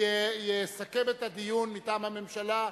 יסכם את הדיון, מטעם הממשלה,